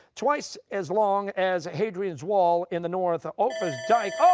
twice as long as hadrian's wall in the north, offa's dyke.